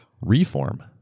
Reform